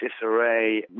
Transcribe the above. disarray